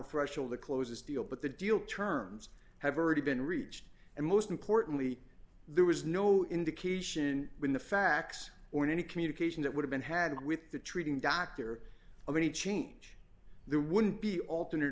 threshold to close this deal but the deal terms have already been reached and most importantly there was no indication when the facts were in any communication that would have been had with the treating doctor of any change there wouldn't be alternate